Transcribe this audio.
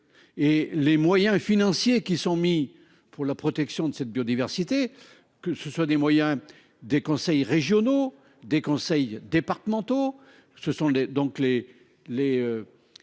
Et les moyens financiers qui sont mis pour la protection de cette biodiversité, que ce soit des moyens des conseils régionaux, des conseils départementaux, ce sont des donc les